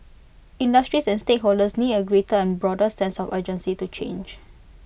industries and stakeholders need A greater and broader sense of urgency to change